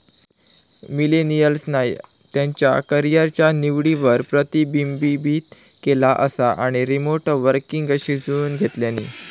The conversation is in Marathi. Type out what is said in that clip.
मिलेनियल्सना त्यांच्या करीयरच्या निवडींवर प्रतिबिंबित केला असा आणि रीमोट वर्कींगशी जुळवुन घेतल्यानी